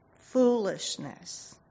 foolishness